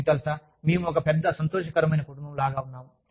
మీకు తెలుసా మేము ఒక పెద్ద సంతోషకరమైన కుటుంబం లాగా ఉన్నాము